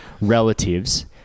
relatives